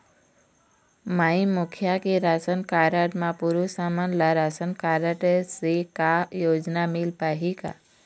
माई मुखिया के ration card म पुरुष हमन ला रासनकारड से का योजना मिल पाही का?